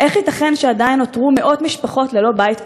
איך ייתכן שעדיין נותרו מאות משפחות ללא בית קבוע?